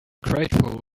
grateful